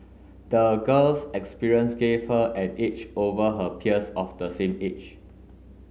the girl's experience gave her an edge over her peers of the same age